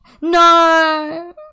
No